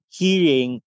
hearing